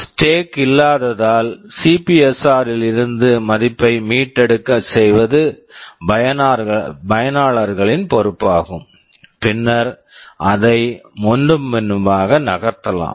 stack stack இல்லாததால் CPSR CPSR ல் இருந்து மதிப்பை மீட்டமைக்க செய்வது பயனாளர்களின் பொறுப்பாகும் பின்னர் அதை முன்னும் பின்னுமாக நகர்த்தலாம்